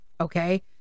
okay